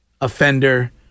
offender